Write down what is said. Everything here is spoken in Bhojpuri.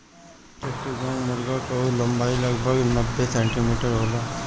चिट्टागोंग मुर्गा कअ लंबाई लगभग नब्बे सेंटीमीटर होला